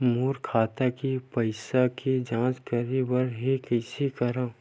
मोर खाता के पईसा के जांच करे बर हे, कइसे करंव?